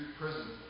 prison